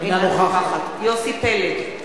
אינה נוכחת יוסי פלד,